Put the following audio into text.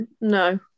No